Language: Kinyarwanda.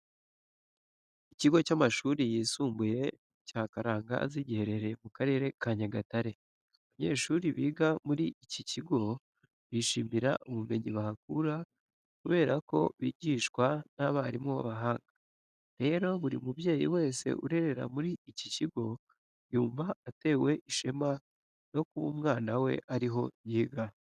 Ikigo cy'amashuri yisumbuye cya Karangazi giherereye mu Karere ka Nyagatare. Abanyeshuri biga muri iki kigo bishimira ubumenyi bahakura kubera ko bigishwa n'abarimu b'abahanga. Rero buri mubyeyi wese urerera muri iki kigo yumva atewe ishema no kuba umwana we ari ho yiga.